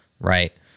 Right